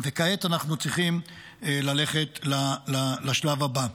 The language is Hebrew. וכעת אנחנו צריכים ללכת לשלב הבא.